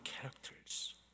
characters